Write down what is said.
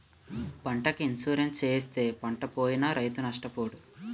పంటకి ఇన్సూరెన్సు చేయిస్తే పంటపోయినా రైతు నష్టపోడు